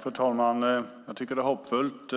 Fru talman! Jag tycker att